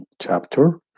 chapter